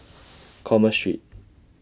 Commerce Street